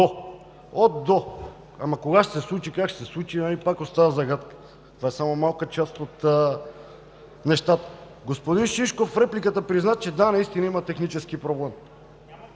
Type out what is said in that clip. – до“, ама кога ще се случи, как ще се случи – пак остава загадка. Това е само малка част от нещата. Господин Шишков в репликата призна: да, наистина има технически проблем.